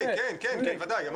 בוודאי.